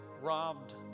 robbed